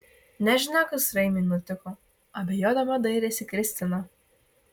nežinia kas raimiui nutiko abejodama dairėsi kristina